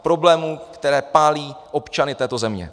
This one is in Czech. Problémů, které pálí občany této země.